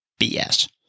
BS